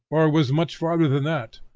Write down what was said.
or was much farther than that.